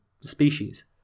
species